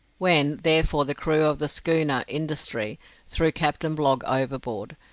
when, therefore the crew of the schooner industry threw captain blogg overboard,